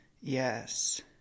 Yes